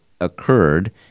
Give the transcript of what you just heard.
occurred